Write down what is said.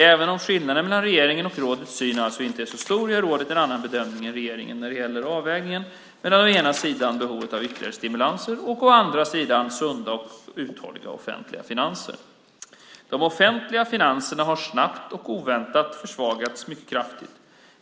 Även om skillnaden mellan regeringens och rådets syn alltså inte är så stor gör rådet en annan bedömning än regeringen när det gäller avvägningen mellan å ena sidan behovet av ytterligare stimulanser och å andra sidan sunda och uthålliga offentliga finanser. De offentliga finanserna har snabbt och oväntat försvagats mycket kraftigt.